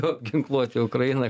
apginkluoti ukrainą